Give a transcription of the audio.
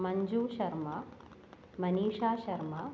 Manju Sharma मनीषाशर्मा